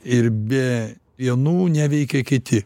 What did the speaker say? ir be vienų neveikia kiti